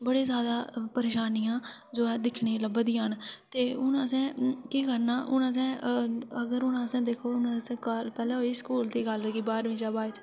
बड़ी सारी परेशानियां दिक्खने गी लभदियां ते हुन असें केह् करने पैह्लै होई स्कूल दी गल्ल बाह्रमीं शा बाद